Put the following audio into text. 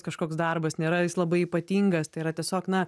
kažkoks darbas nėra jis labai ypatingas tai yra tiesiog na